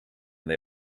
they